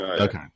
Okay